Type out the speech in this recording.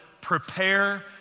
PREPARE